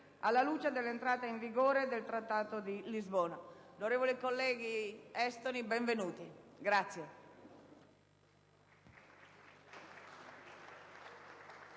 alla luce dell'entrata in vigore del Trattato di Lisbona.